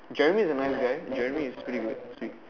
Jeremy is a nice guy Jeremy is pretty good